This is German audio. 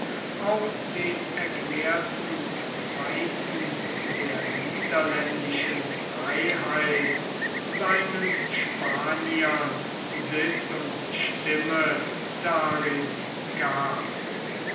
auch den erklärten feinden der niederländischen freiheit seinen spaniern sitz und stimme darin gab